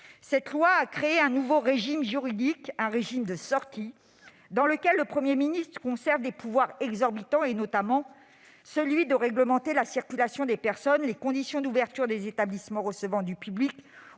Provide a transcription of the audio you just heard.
Cette loi a créé un nouveau régime juridique, un régime de sortie dans lequel le Premier ministre conserve des pouvoirs exorbitants, notamment celui de réglementer la circulation des personnes, les conditions d'ouverture des établissements recevant du public,